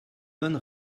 bonne